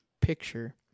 picture